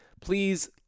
Please